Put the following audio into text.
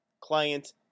client